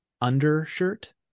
undershirt